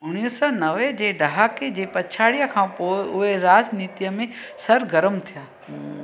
उणिवीह सौ नवे जे दहाके जे पछाड़ीअ खां पोइ उहे राजनीतीअ में सरगरम थिया